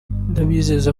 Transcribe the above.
ndabizeza